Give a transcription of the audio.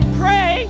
pray